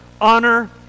honor